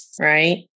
right